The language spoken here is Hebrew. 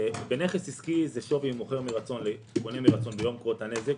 בנכס עסקי זה שווי מוכר מרצון לקונה מרצון ביום קרות הנזק,